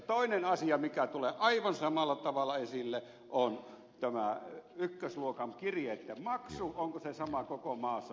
toinen asia mikä tulee aivan samalla tavalla esille on tämä ykkösluokan kirjeitten maksu onko se sama koko maassa vai ei